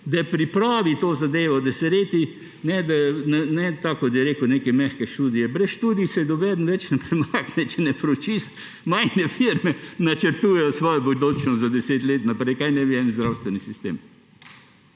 da pripravi to zadevo, ne tako kot je rekel Reberšek – neke mehke študije. Brez študij se nobeden več ne premakne, če ne preučiš. Majhne firme načrtujejo svojo bodočnost za deset let naprej, kaj ne bi en zdravstveni sistem.